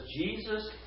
Jesus